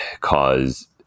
cause